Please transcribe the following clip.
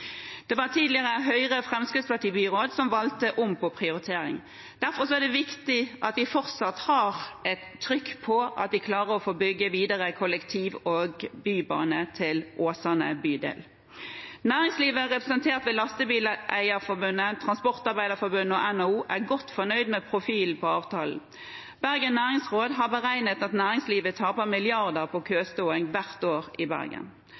Det var et tidligere Høyre–Fremskrittsparti-byråd som gjorde om på prioriteringen. Derfor er det viktig at vi fortsatt har et trykk på at vi klarer å få bygge videre kollektiv- og bybane til Åsane bydel. Næringslivet representert ved Lastebileierforbundet, Transportarbeiderforbundet og NHO er godt fornøyd med profilen på avtalen. Bergen Næringsråd har beregnet at næringslivet taper milliarder på køståing hvert år i Bergen.